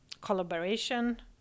collaboration